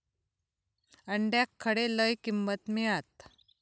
अंड्याक खडे लय किंमत मिळात?